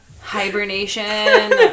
Hibernation